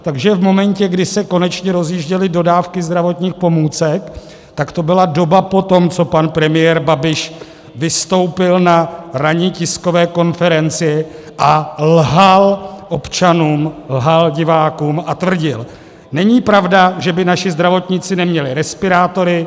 Takže v momentu, kdy se konečně rozjížděly dodávky zdravotních pomůcek, tak to byla doba po tom, co pan premiér Babiš vystoupil na ranní tiskové konferenci a lhal občanům, lhal divákům a tvrdil není pravda, že by naši zdravotníci neměli respirátory.